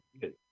good